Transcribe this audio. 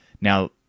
now